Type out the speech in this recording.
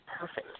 perfect